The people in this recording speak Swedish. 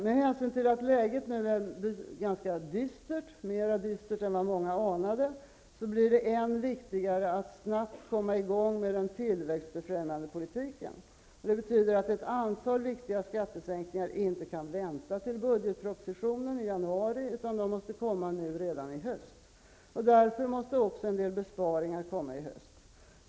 Med hänsyn till att läget nu är ganska dystert, mer dystert än vad många anade, blir det än viktigare att snabbt komma i gång med den tillväxtbefrämjande politiken. Det betyder att ett antal viktiga skattesänkningar inte kan vänta till budgetpropositionen i januari utan måste komma redan i höst. Därför måste också en del besparingar komma i höst.